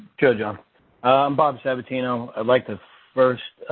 okay, john. i'm bob sabatino. i'd like to first,